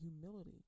humility